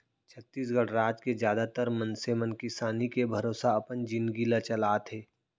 छत्तीसगढ़ राज के जादातर मनसे मन किसानी के भरोसा अपन जिनगी ल चलाथे